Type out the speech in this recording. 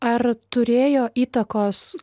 ar turėjo įtakos